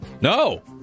No